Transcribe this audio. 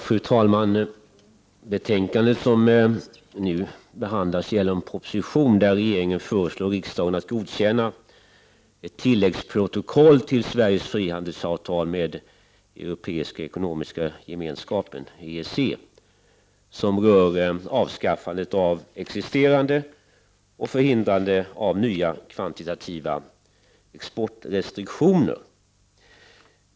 Fru talman! Det betänkande som nu behandlas gäller en proposition i vilken regeringen föreslår riksdagen att godkänna ett tilläggsprotokoll till Sveriges frihandelsavtal med Europeiska ekonomiska gemenskapen, EEC, rörande avskaffande av existerande och förhindrande av nya kvantitativa exportrestriktioner.